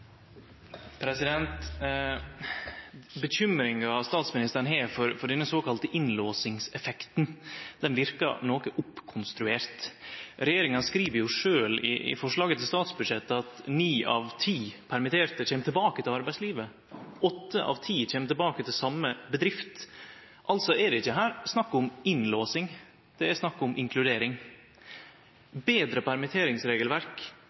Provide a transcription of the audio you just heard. Bekymringa statsministeren har for denne såkalla innlåsingseffekten, verkar noko oppkonstruert. Regjeringa skriv jo sjølv i forslaget til statsbudsjett at ni av ti permitterte kjem tilbake til arbeidslivet, åtte av ti kjem tilbake til same bedrift. Det er altså ikkje snakk om innlåsing, det er snakk om inkludering.